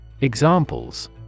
EXAMPLES